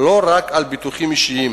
ולא רק על ביטוחים אישיים.